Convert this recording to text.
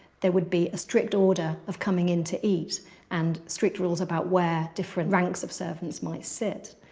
there would be a strict order of coming in to eat and strict rules about where different ranks of servants might sit.